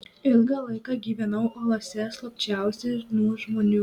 ilgą laiką gyvenau olose slapsčiausi nuo žmonių